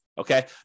Okay